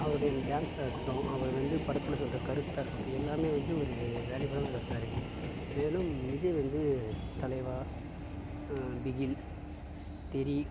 அவருடைய டான்ஸாக இருக்கட்டும் அவர் வந்து படத்தில் சொல்கிற கருத்தாக இருக்கட்டும் எல்லாமே வந்து ஒரு வேல்யபிலான கருத்தாக இருக்குது மேலும் விஜய் வந்து தலைவா ஆ பிகில் தெறி